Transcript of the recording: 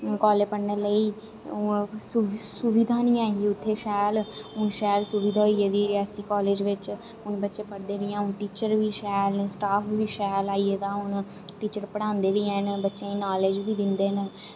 college पढ़ने लेई हून सूव सुविधां नेईं हियां उत्थै शैल हून शैल सुविधा होई गेई दी रियासी कालेज बिच्च हून बच्चें पढ़दे बी हैन हून टीचर बी शैल न स्टाफ बी शैल आई गेदा हून टीचर पढ़ांदे बी हैन बच्चें गी नालेज बी दिंदे न